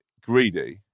greedy